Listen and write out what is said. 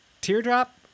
Teardrop